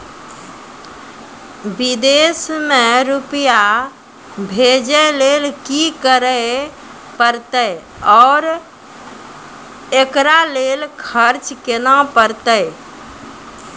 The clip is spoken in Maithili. विदेश मे रुपिया भेजैय लेल कि करे परतै और एकरा लेल खर्च केना परतै?